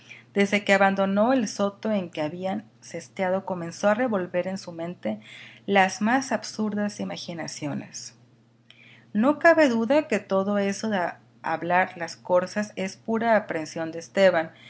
desde que abandonó el soto en que habían sesteado comenzó a revolver en su mente las más absurdas imaginaciones no cabe duda que todo eso de hablar las corzas es pura aprensión de esteban